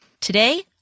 today